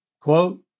Quote